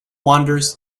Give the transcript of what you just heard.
wanders